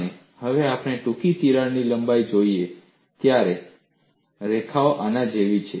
અને હવે આપણે ટૂંકી તિરાડ લંબાઈ જોઈએ છીએ અને રેખા આની જેમ છે